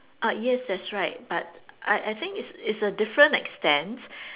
ah yes that's right but I I think it's it's a different extent